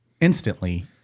instantly